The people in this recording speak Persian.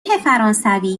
فرانسوی